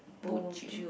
bo jio